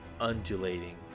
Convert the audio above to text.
undulating